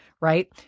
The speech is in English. right